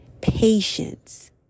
patience